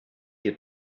you